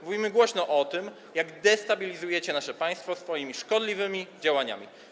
Mówimy głośno o tym, jak destabilizujecie nasze państwo swoimi szkodliwymi działaniami.